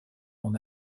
mon